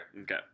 Okay